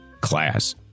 class